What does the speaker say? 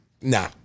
Nah